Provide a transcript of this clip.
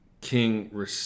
king